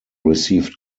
received